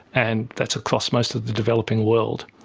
and that's across most of the developing world.